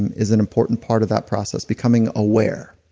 and is an important part of that process. becoming aware.